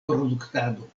produktado